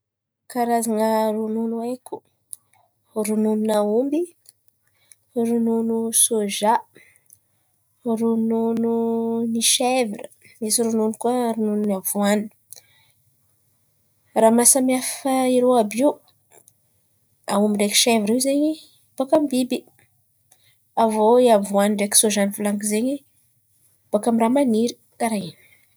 Karazana ronono haiko: ronon'aomby, ronono soja, ronon'n̈y shevra, misy koa ronon'n̈y avoan. Mahasamihafa ronono àby io, aomby ndraiky shevra io zen̈y boakà amy ny biby. Avô avoan ndraiky soja nivolan̈iko zen̈y boakà amy ny raha maniry, karà in̈y.